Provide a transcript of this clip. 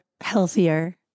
healthier